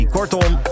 Kortom